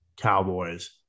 Cowboys